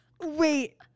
Wait